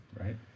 right